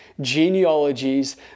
genealogies